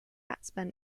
batsman